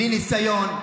בלי ניסיון,